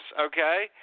okay